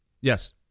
Yes